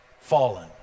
fallen